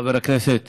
חבר הכנסת